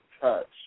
Touch